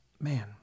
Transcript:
man